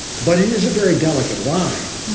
but it is a very delicate line,